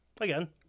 again